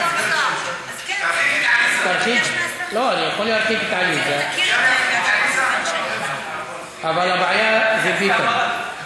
אני יכול להרחיק את עליזה, אבל הבעיה זה ביטן.